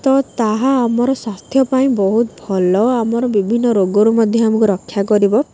ତ ତାହା ଆମର ସ୍ୱାସ୍ଥ୍ୟ ପାଇଁ ବହୁତ ଭଲ ଆମର ବିଭିନ୍ନ ରୋଗରୁ ମଧ୍ୟ ଆମକୁ ରକ୍ଷା କରିବ